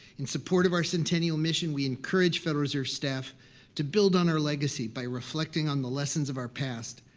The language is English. in support of our centennial mission, we encourage federal reserve staff to build on our legacy by reflecting on the lessons of our past,